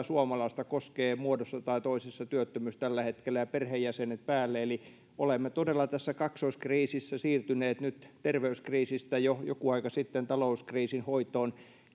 suomalaista koskee työttömyys muodossa tai toisessa tällä hetkellä ja perheenjäsenet päälle eli olemme todella nyt tässä kaksoiskriisissä siirtyneet terveyskriisistä jo joku aika sitten talouskriisin hoitoon